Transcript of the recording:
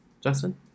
Justin